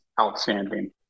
outstanding